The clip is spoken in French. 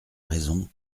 raison